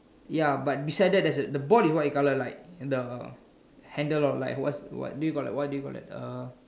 ya but beside that there's the board is white in colour like the handle or what what do you call that what do you call that uh